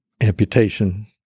amputation